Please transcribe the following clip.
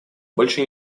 больше